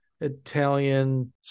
Italian